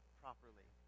properly